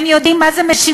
הם יודעים מה זו משילות.